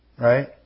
Right